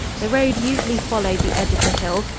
the road usually followed the edge of the hills,